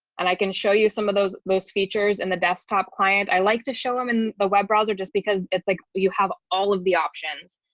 and i can show you some of those those features and the desktop client i like to show them in the web browser just because it's like you have all of the options.